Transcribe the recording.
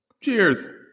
Cheers